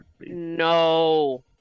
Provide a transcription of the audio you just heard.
No